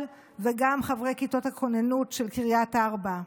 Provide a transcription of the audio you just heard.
וגם חברי כיתות הכוננות של קריית ארבע.